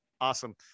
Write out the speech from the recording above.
Awesome